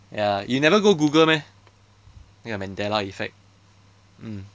ya you never go google meh mandela effect mm